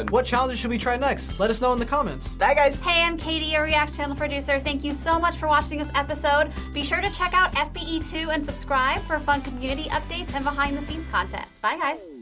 what challenges should we try next? let us know in the comments. bye guys. hey, i'm katie, a react channel producer. thank you so much for watching this episode. be sure to check out f b e two and subscribe for fun community updates and behind the scenes content. bye, guys.